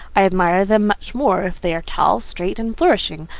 i admire them much more if they are tall, straight, and flourishing.